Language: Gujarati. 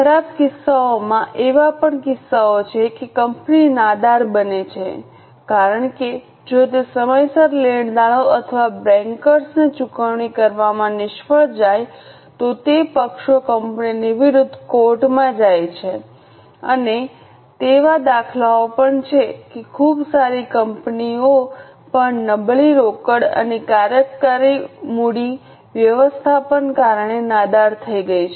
ખરાબ કિસ્સાઓમાં એવા પણ કિસ્સાઓ છે કે કંપની નાદાર બને છે કારણ કે જો તે સમયસર લેણદારો અથવા બેંકર્સ ને ચૂકવણી કરવામાં નિષ્ફળ જાય તો તે પક્ષો કંપની વિરુદ્ધ કોર્ટમાં જાય છે અને એવા દાખલા પણ છે કે ખૂબ જ સારી કંપનીઓ પણ નબળી રોકડ અને કાર્યકારી મૂડી વ્યવસ્થાપન કારણે નાદાર થઈ ગઈ છે